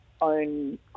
own